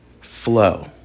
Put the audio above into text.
flow